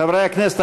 חברי הכנסת,